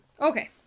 Okay